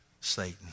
Satan